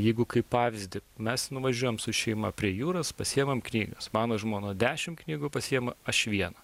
jeigu kaip pavyzdį mes nuvažiuojam su šeima prie jūros pasiimam knygas mano žmona dešimt knygų pasiima aš vieną